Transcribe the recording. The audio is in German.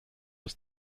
ist